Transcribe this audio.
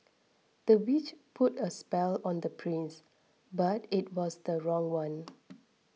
the witch put a spell on the prince but it was the wrong one